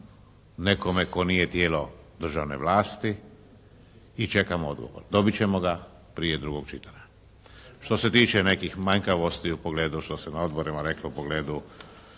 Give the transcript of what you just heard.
nekome tko nije tijelo državne vlasti i čekamo odgovor. Dobiti ćemo ga prije drugog čitanja. Što se tiče nekih manjkavosti u pogledu što sam na odboru rekao u pogledu